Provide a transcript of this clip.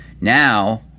now